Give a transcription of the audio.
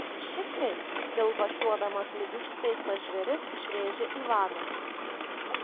šit kaip dilbakiuodamas lyg užspeistas žvėris išrėžė ivanas